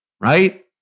right